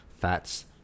fats